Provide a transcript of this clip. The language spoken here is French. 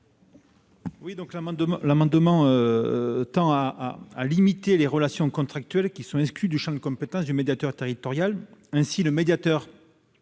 Cet amendement tend à limiter les relations contractuelles qui sont exclues de la compétence du médiateur territorial. Ainsi, le médiateur